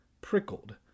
Prickled